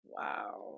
Wow